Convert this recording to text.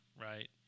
right